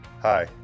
Hi